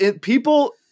people